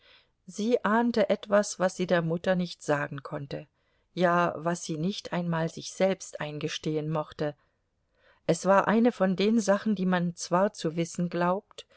sie ahnte etwas was sie der mutter nicht sagen konnte ja was sie nicht einmal sich selbst eingestehen mochte es war eine von den sachen die man zwar zu wissen glaubt